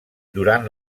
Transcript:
durant